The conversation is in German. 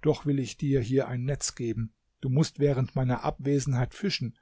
doch will ich dir hier ein netz geben du mußt während meiner abwesenheit fischen